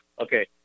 Okay